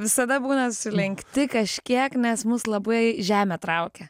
visada būna sulenkti kažkiek nes mus labai žemė traukia